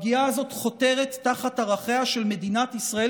הפגיעה הזאת חותרת תחת ערכיה של מדינת ישראל